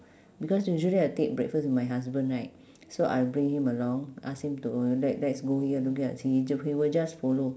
because usually I take breakfast with my husband right so I'll bring him along ask him to let let's go here he would just follow